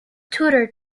tutor